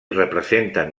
representen